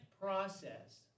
process